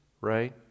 Right